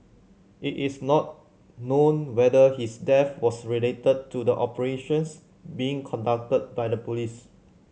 it is not known whether his death was related to the operations being conducted by the police